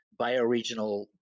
bioregional